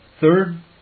Third